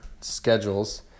schedules